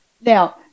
Now